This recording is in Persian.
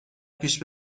پیش